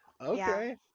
okay